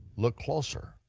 look closer,